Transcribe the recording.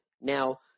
Now